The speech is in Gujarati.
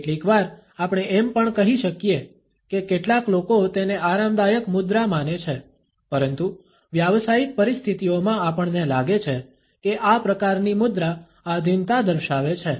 કેટલીકવાર આપણે એમ પણ કહી શકીએ કે કેટલાક લોકો તેને આરામદાયક મુદ્રા માને છે પરંતુ વ્યાવસાયિક પરિસ્થિતિઓમાં આપણને લાગે છે કે આ પ્રકારની મુદ્રા આધીનતા દર્શાવે છે